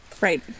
Right